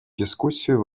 дискуссию